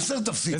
יאסר תפסיק.